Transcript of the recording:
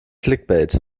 clickbait